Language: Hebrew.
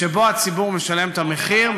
שבו הציבור משלם את המחיר,